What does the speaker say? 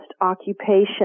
occupation